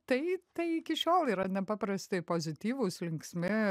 tai tai iki šiol yra nepaprastai pozityvūs linksmi